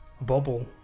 bubble